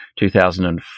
2004